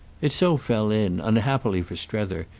it so fell in, unhappily for strether,